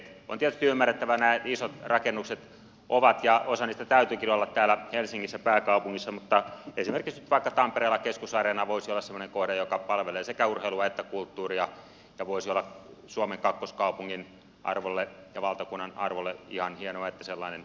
on tietysti ymmärrettävää että nämä isot rakennukset ovat ja osan niistä täytyykin olla täällä helsingissä pääkaupungissa mutta esimerkiksi nyt vaikka tampereella keskusareena voisi olla semmoinen kohde joka palvelee sekä urheilua että kulttuuria ja voisi olla suomen kakkoskaupungin arvolle ja valtakunnan arvolle ihan hienoa että sellainen jatkossa saataisiin